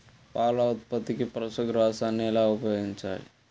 పాల ఉత్పత్తికి పశుగ్రాసాన్ని ఎలా ఉపయోగించాలి?